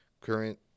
Current-